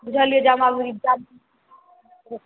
बुझलियै जाहिमे आब इक्जाम